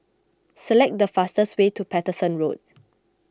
select the fastest way to Paterson Road